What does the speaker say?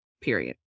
period